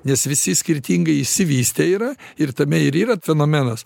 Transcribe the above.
nes visi skirtingai išsivystę yra ir tame ir yra fenomenas